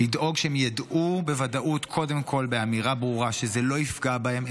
לדאוג שהם ידעו בוודאות קודם כול באמירה ברורה שזה לא יפגע בהם,